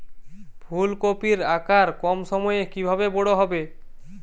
ফুলকপির আকার কম সময়ে কিভাবে বড় হবে?